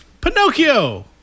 Pinocchio